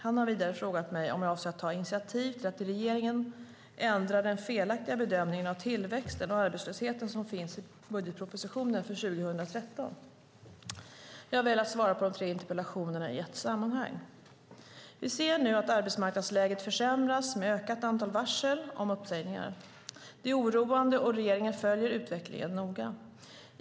Han har vidare frågat mig om jag avser att ta initiativ till att regeringen ändrar den felaktiga bedömning av tillväxten och arbetslösheten som finns i budgetpropositionen för 2013. Jag väljer att svara på de tre interpellationerna i ett sammanhang. Vi ser nu att arbetsmarknadsläget försämras med ett ökat antal varsel om uppsägningar. Det är oroande, och regeringen följer utvecklingen noga.